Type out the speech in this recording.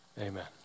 Amen